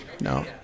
no